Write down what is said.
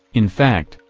in fact,